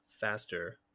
faster